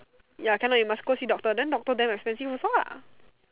ya can not you must go see doctor then doctor damn expensive also lah